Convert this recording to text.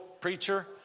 preacher